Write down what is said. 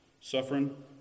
suffering